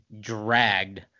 dragged